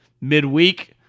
midweek